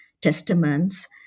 testaments